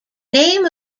name